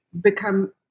become